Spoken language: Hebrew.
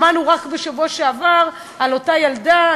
שמענו רק בשבוע שעבר על אותה ילדה,